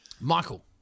Michael